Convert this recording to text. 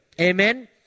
Amen